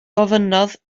gofynnodd